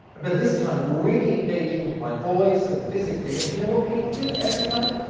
but this time really engaging with my voice and physically. and do you know what people do every time?